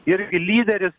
irgi lyderis